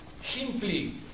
simply